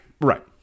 right